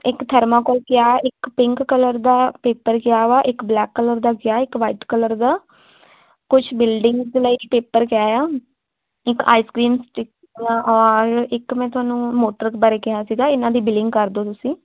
ਇੱਕ ਥਰਮਾਕੋਲ ਕਿਹਾ ਇੱਕ ਪਿੰਕ ਕਲਰ ਦਾ ਪੇਪਰ ਕਿਹਾ ਵਾ ਇੱਕ ਬਲੈਕ ਕਲਰ ਦਾ ਕਿਹਾ ਇੱਕ ਵਾਈਟ ਕਲਰ ਦਾ ਕੁਛ ਬਿਲਡਿੰਗਸ ਦੇ ਲਈ ਪੇਪਰ ਕਿਹਾ ਆ ਇੱਕ ਆਈਸਕ੍ਰੀਮ ਸਟੀਕਾਂ ਔਰ ਇੱਕ ਮੈਂ ਤੁਹਾਨੂੰ ਮੋਟਰ ਬਾਰੇ ਕਿਹਾ ਸੀਗਾ ਇਹਨਾਂ ਦੀ ਬਿਲਿੰਗ ਕਰ ਦਿਓ ਤੁਸੀਂ